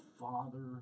father